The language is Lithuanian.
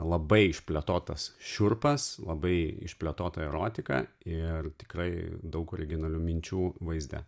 labai išplėtotas šiurpas labai išplėtota erotika ir tikrai daug originalių minčių vaizdą